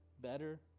better